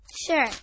Sure